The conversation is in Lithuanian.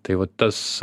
tai va tas